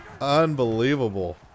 Unbelievable